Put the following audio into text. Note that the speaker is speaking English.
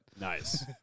Nice